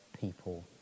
people